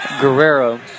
Guerrero